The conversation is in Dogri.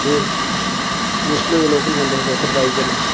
होर मुश्किल होई दा लोकल बंदे दा सर्वाइव करना